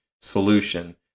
solution